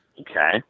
Okay